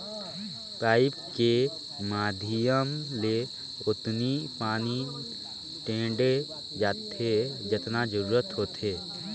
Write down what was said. pipe के माधियम ले ओतनी पानी टेंड़े जाथे जतना जरूरत होथे